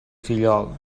fillol